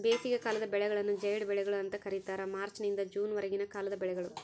ಬೇಸಿಗೆಕಾಲದ ಬೆಳೆಗಳನ್ನು ಜೈಡ್ ಬೆಳೆಗಳು ಅಂತ ಕರೀತಾರ ಮಾರ್ಚ್ ನಿಂದ ಜೂನ್ ವರೆಗಿನ ಕಾಲದ ಬೆಳೆಗಳು